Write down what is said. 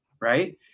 right